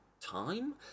time